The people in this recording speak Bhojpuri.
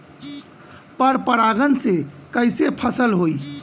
पर परागण से कईसे फसल होई?